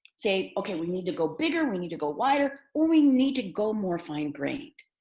say, okay, we need to go bigger, we need to go wider or we need to go more fine grained.